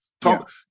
Talk